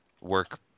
work